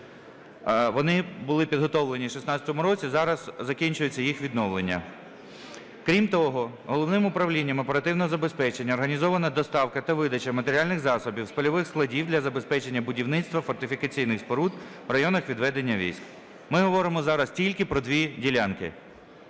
вони були підготовлені в 2016 році, зараз закінчується їх відновлення. Крім того головним управлінням оперативного забезпечення організована доставка та видача матеріальних засобів з польових складів для забезпечення будівництва фортифікаційних споруд в районах відведення військ. Ми говоримо зараз тільки про дві ділянки.